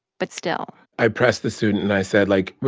but still. i pressed the student. and i said, like, wait.